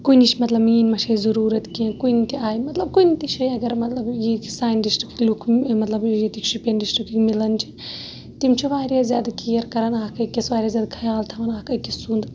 کُنِچ مَطلَب میٲنۍ ما چھے ضروٗرَت کینٛہہ کُنہ تہِ آیہِ مَطلَب کُنہ تہِ جاے اگر مَطلَب سانہِ ڈسٹرکٕکۍ لُکھ مَطلَب ییٚتِکۍ شُپیَن ڈسٹرکٕکۍ مِلان چھِ تِم چھِ واریاہ زیادٕ کیر کَران اکھ أکِس واریاہ زیادٕ خَیال تھاوان اکھ أکِس سُنٛد